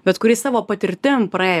bet kuris savo patirtim praėjo